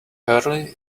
early